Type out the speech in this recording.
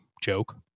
joke